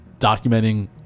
documenting